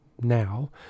now